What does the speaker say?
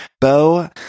Bo